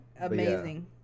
amazing